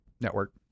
network